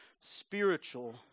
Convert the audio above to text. spiritual